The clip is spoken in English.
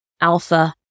alpha